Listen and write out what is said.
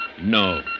no